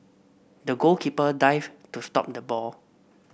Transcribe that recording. the goalkeeper dived to stop the ball